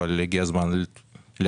אבל הגיע הזמן להתחיל,